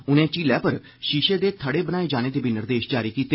उनें झीलै उप्पर षीषे दे धड़े बनाए जाने दे बी निर्देष जारी कीते